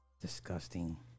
disgusting